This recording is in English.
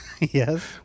yes